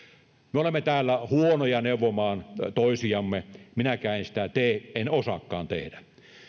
me olemme täällä huonoja neuvomaan toisiamme minäkään en sitä tee en osaakaan tehdä